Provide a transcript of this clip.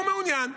הוא מעוניין.